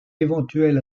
éventuelle